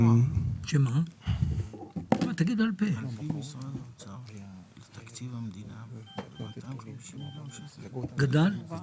--- יש